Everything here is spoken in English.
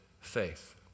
faith